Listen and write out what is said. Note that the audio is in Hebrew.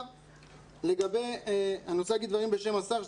עכשיו‏ אני רוצה להגיד דברים בשם השר,